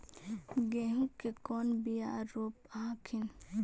गेहूं के कौन बियाह रोप हखिन?